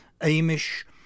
Amish